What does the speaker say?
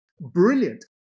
brilliant